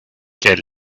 quel